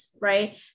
right